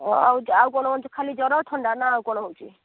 ଆଉ କ'ଣ ଅଛି ଖାଲି ଜ୍ଵର ଥଣ୍ଡା ନା ଆଉ କ'ଣ ହେଉଛି